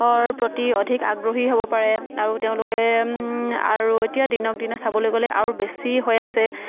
প্ৰতি অধিক আগ্ৰহী হ'ব পাৰে আৰু তেওঁলোকে আৰু এতিয়া দিনক দিনে চাবলৈ গ'লে আৰু বেছি হৈ আছে